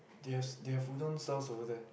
they have they have Udon stalls over there